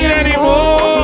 anymore